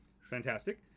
Fantastic